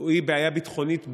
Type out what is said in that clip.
היא בעיה ביטחונית בלבד.